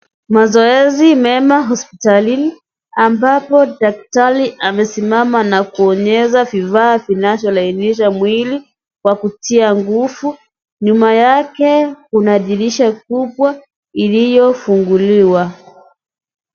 Mazoezi mema hospital ambapo daktari amesimama na kuonyesha vifaa vinavyolainisha mwili kwa kutia nguvu. Nyuma yake kuna dirisha kubwa iliyofunguliwa.